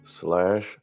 slash